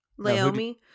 Laomi